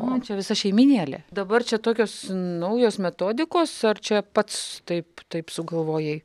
o čia visa šeimynėlė dabar čia tokios naujos metodikos ar čia pats taip taip sugalvojai